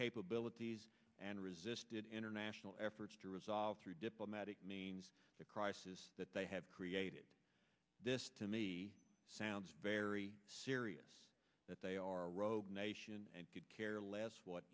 capabilities and resisted international efforts to resolve through diplomatic means the crisis that they have created this to me sounds very serious that they are a rogue nation and could care less what